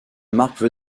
marque